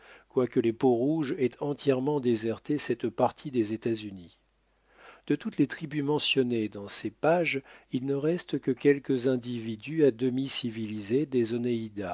quoique les peaux-rouges aient entièrement déserté cette partie des états-unis de toutes les tribus mentionnées dans ces pages il ne reste que quelques individus à demi civilisés